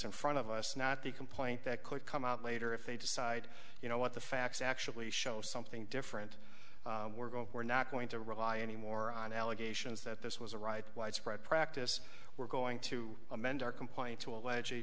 in front of us not the complaint that could come out later if they decide you know what the facts actually show something different we're going to we're not going to rely anymore on allegations that this was a right widespread practice we're going to amend our complaint to alleg